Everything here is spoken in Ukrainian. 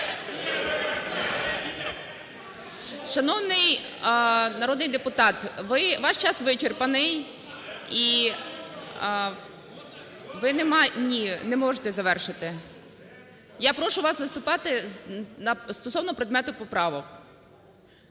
Шановний народний депутат, ваш час вичерпаний. І ви… ні, не можете завершити. Я прошу вас виступати стосовно предмету поправок.